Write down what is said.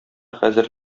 хәзер